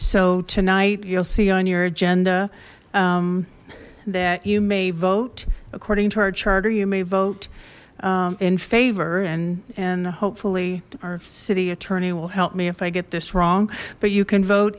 so tonight you'll see on your agenda that you may vote according to our charter you may vote in favor and and hopefully our city attorney will help me if i get this wrong but you can vote